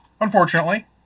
unfortunately